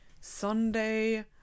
Sunday